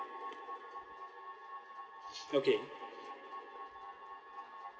okay